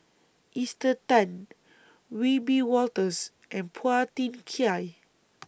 Esther Tan Wiebe Wolters and Phua Thin Kiay